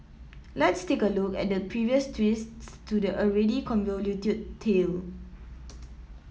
let's take a look at the previous twists to the already convoluted tale